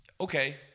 okay